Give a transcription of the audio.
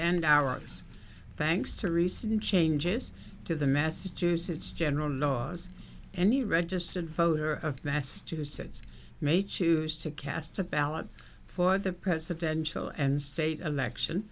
and hours thanks to recent changes to the massachusetts general laws any registered voter of massachusetts may choose to cast a ballot for the presidential and state of election